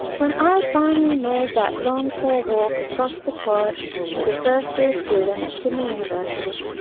when i finally made that longed-for walk across the quad as a first year student at sydney university,